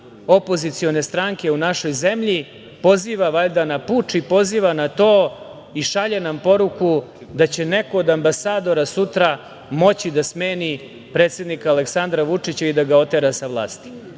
opozicione stranke u našoj zemlji, poziva valjda na puč, i poziva na to, i šalje nam poruku da će neko od ambasadora sutra moći da smeni predsednika Aleksandra Vučića i da ga otera sa vlasti. Valjda